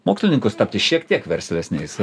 mokslininkus tapti šiek tiek verslesniais